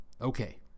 Okay